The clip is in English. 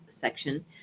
section